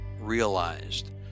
Realized